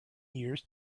years